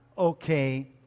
okay